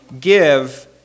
give